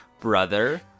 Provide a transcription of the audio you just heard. brother